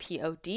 pod